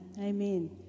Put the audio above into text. amen